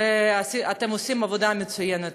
ואתם עושים עבודה מצוינת.